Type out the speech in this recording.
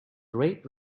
great